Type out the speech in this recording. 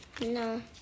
No